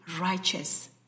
righteous